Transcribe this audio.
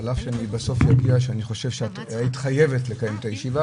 אני חושב שאת היית חייבת לקיים את הישיבה,